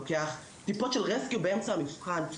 לוקח טיפות של רסקיו באמצע המבחן,